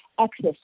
Access